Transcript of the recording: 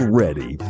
ready